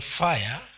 fire